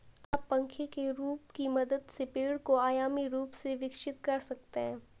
आप पंखे के रूप की मदद से पेड़ को दो आयामी रूप से विकसित कर सकते हैं